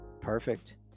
Perfect